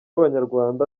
banyarwanda